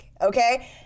okay